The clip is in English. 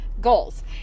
goals